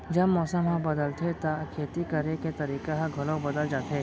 जब मौसम ह बदलथे त खेती करे के तरीका ह घलो बदल जथे?